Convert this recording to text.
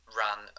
ran